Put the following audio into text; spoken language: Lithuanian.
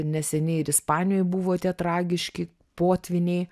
neseniai ir ispanijoj buvo tie tragiški potvyniai